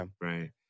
right